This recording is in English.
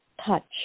touch